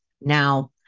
Now